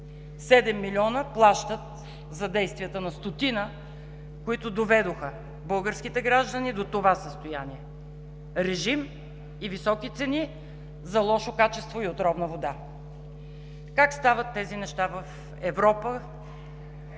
милиона плащат за действията на стотина, които доведоха българските граждани до това състояние – режим и високи цени за лошо качество и отровна вода. Как стават тези неща в Европа?